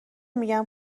میگن